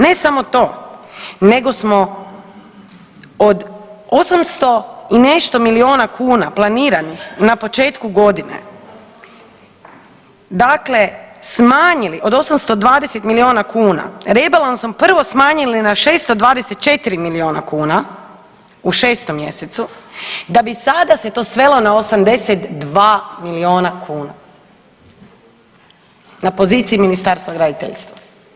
Ne samo to, nego smo od 800 i nešto miliona kuna planiranih na početku godine dakle smanjili od 820 miliona kuna, rebalansom prvo smanjili na 624 miliona kuna u 6. mjesecu da bi sada se to svelo na 82 miliona kuna na poziciji Ministarstva graditeljstva.